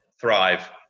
thrive